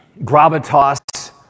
gravitas